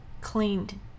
cleaned